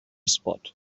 spot